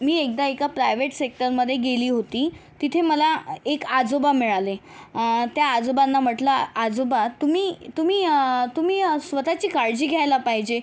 मी एकदा एका प्रायव्हेट सेक्टरमध्ये गेली होती तिथे मला एक आजोबा मिळाले त्या आजोबांना म्हटलं आजोबा तुम्ही तुम्ही तुम्ही स्वतःची काळजी घ्यायला पाहिजे